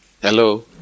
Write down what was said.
Hello